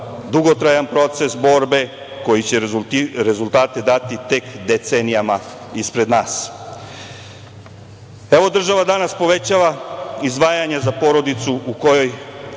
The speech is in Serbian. dugotrajan proces borbe koji će rezultate dati tek decenijama ispred nas. Država danas povećava izdvajanje za porodicu u kojoj